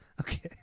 okay